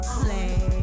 play